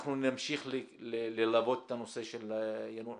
אנחנו נמשיך ללוות את הנושא של יאנוח-ג'ת,